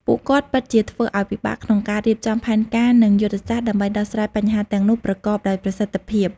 ពួកគាត់ពិតជាធ្វើឱ្យពិបាកក្នុងការរៀបចំផែនការ និងយុទ្ធសាស្ត្រដើម្បីដោះស្រាយបញ្ហាទាំងនោះប្រកបដោយប្រសិទ្ធភាព។